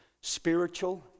spiritual